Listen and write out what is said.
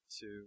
two